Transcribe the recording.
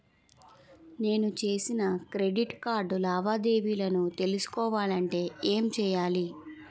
నేను చేసిన credit card లావాదేవీలను తెలుసుకోవాలంటే ఏం చేయాలి?